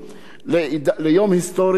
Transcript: שייתן מענה חשוב,